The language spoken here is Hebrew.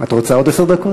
את רוצה עוד עשר דקות?